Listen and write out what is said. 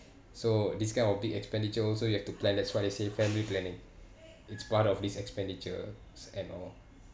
so this kind of big expenditure also you have to plan that's why they say family planning it's part of this expenditure and all